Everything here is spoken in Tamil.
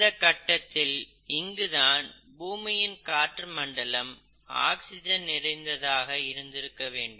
இந்தக் கட்டத்தில் இங்குதான் பூமியின் காற்றுமண்டலம் ஆக்சிஜன் நிறைந்ததாக இருந்திருக்க வேண்டும்